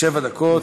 שבע דקות,